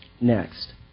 Next